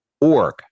org